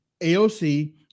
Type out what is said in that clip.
AOC